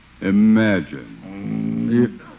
Imagine